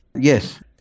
Yes